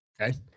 Okay